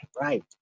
right